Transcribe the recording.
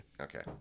Okay